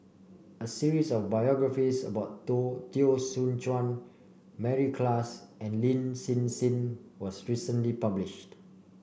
a series of biographies about To Teo Soon Chuan Mary Klass and Lin Hsin Hsin was recently published